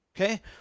Okay